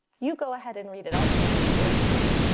you go head and read it, i'll point to the words for you.